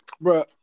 bro